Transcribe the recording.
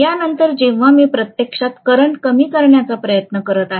यानंतर जेव्हा मी प्रत्यक्षात करंट कमी करण्याचा प्रयत्न करीत आहे